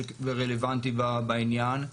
ורלוונטיים בעניין.